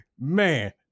man